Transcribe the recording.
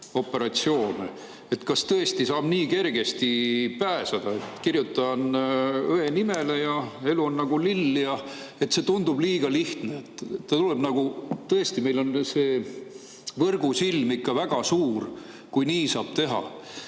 rahapesuoperatsioone. Kas tõesti saab nii kergesti pääseda, et kirjutan õe nimele ja elu on nagu lill? See tundub liiga lihtne. Tõesti, meil on see võrgusilm ikka väga suur, kui nii saab teha.